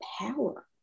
power